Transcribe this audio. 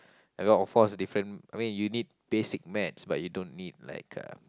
that one of course different I mean you need basic Maths but you don't need like uh